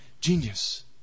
genius